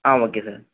ah okay sir